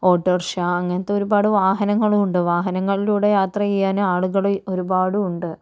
autorickshaw അങ്ങനത്തെ ഒരുപാട് വാഹനങ്ങളും ഉണ്ട് വാഹനങ്ങളിലൂടെ യാത്ര ചെയ്യാൻ ആളുകൾ ഒരുപാടു ഉണ്ട്